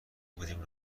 بودیم